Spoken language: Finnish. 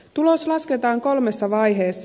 tulos lasketaan kolmessa vaiheessa